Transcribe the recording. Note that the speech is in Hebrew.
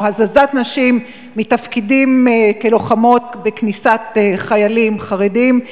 הזזת נשים מתפקידים כלוחמות בכניסת חיילים חרדים.